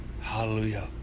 Hallelujah